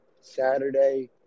Saturday –